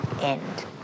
End